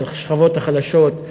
של השכבות החלשות,